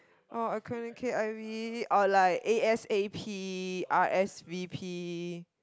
oh acronym K_I_V or like A_S_A_P R_S_V_P